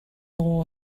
all